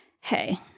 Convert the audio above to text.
hey